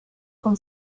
con